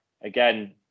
again